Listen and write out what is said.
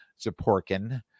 Zaporkin